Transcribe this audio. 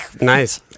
Nice